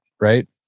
right